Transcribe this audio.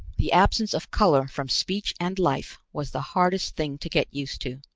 the absence of color from speech and life was the hardest thing to get used to.